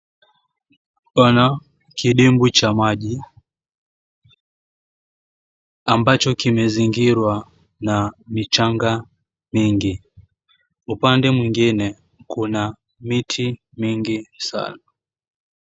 Pana kidimbwi cha maji ambacho kimezingirwa na michanga mingi. Upande mwengine kuna miti mingi sana.